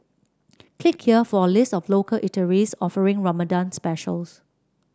click here for a list of local eateries offering Ramadan specials